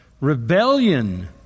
rebellion